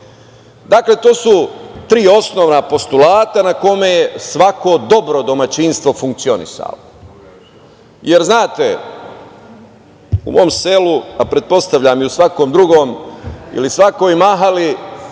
cenim. To su tri osnovna postulata na kome je svako dobro dobro domaćinstvo funkcionisalo. Znate, u mom selu, a pretpostavljam i u svakom drugom ili svakoj mahali